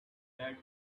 that